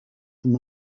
from